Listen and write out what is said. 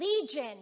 Legion